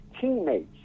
teammates